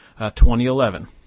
2011